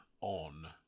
on